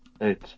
Eight